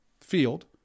field